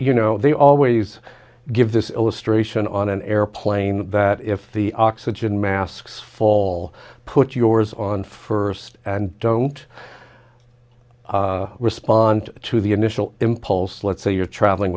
you know they always give this illustration on an airplane that if the oxygen masks fall put yours on for sed and don't respond to the initial impulse let's say you're traveling